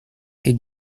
est